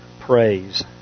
praise